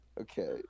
Okay